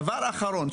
דבר אחרון.